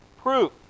proof